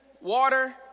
water